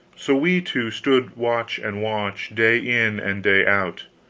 so we two stood watch-and-watch, day in and day out.